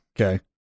Okay